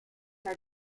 are